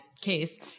case